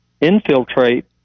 infiltrate